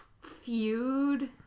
feud